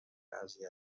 اذیتت